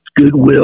goodwill